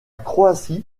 croatie